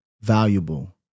valuable